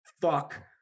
Fuck